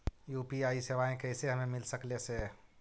UPI सेवाएं कैसे हमें मिल सकले से?